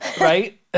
Right